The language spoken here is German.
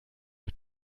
mit